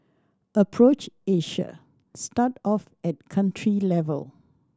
approach Asia start off at country level